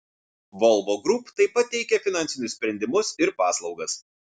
volvo group taip pat teikia finansinius sprendimus ir paslaugas